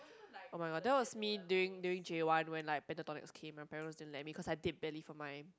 oh-my-god that was me during during J one when like Pentatonix came my parents didn't let me cause I did badly for me